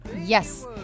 Yes